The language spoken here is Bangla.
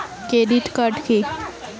ক্রেডিট কার্ড কি?